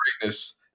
greatness